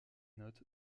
notes